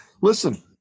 Listen